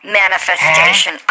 manifestation